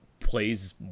Plays